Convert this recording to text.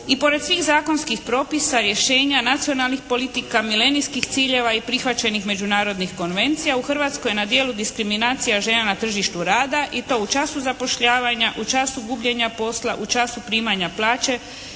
I pored svih zakonskih propisa, rješenja, nacionalnih politika, milenijskih ciljeva i prihvaćenih međunarodnih konvencija u Hrvatskoj na djelu diskriminacija žena na tržištu rada i to u času zapošljavanja, u času gubljenja posla, u času primanja plaće